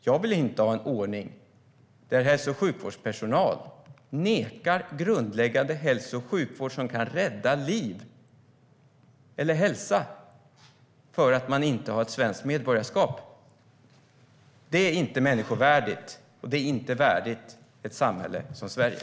Jag vill inte ha en ordning där hälso och sjukvårdspersonal nekar människor grundläggande hälso och sjukvård som kan rädda liv eller hälsa för att de inte har ett svenskt medborgarskap. Det är inte människovärdigt, och det är inte värdigt ett samhälle som Sverige.